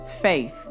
faith